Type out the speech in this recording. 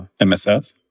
MSF